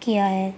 کیا ہے